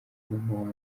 mama